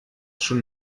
schon